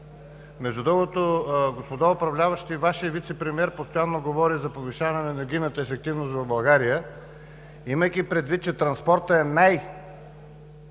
Между другото, господа управляващи, Вашият вицепремиер постоянно говори за повишаване на енергийната ефективност в България, имайки предвид, че транспортът е в най-тежко